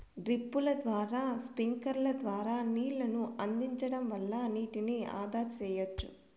డ్రిప్పుల ద్వారా స్ప్రింక్లర్ల ద్వారా నీళ్ళను అందించడం వల్ల నీటిని ఆదా సెయ్యచ్చు